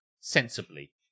sensibly